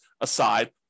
aside